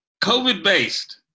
COVID-based